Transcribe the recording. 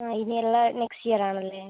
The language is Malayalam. ആ ഇനി എല്ലാം നെക്സ്റ്റ് ഇയർ ആണല്ലേ